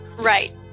Right